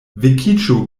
vekiĝu